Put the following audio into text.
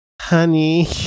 Honey